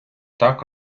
так